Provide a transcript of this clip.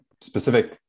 specific